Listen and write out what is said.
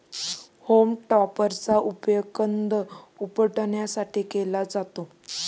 home टॉपरचा उपयोग कंद उपटण्यासाठी केला जातो